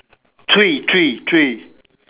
three three three